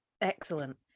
Excellent